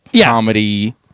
comedy